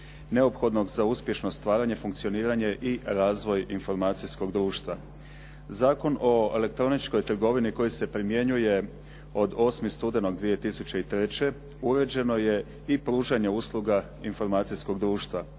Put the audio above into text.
neophodnog za uspješno stvaranje, funkcioniranje i razvoj informacijskog društva. Zakon o elektroničkoj trgovini koji se primjenjuje od 8. studenog 2003. uređeno je i pružanje usluga informacijskog društva.